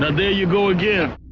there you go again.